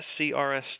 SCRS